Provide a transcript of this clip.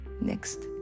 next